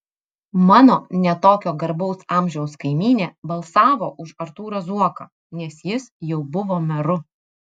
mano ne tokio garbaus amžiaus kaimynė balsavo už artūrą zuoką nes jis jau buvo meru